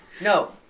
No